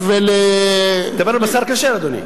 אני מדבר על בשר כשר, אדוני.